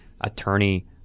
attorney